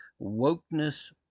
wokeness